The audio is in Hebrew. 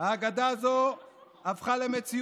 האגדה הזו הפכה למציאות.